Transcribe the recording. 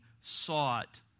sought